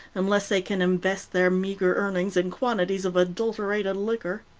unless they can invest their meager earnings in quantities of adulterated liquor.